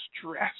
stress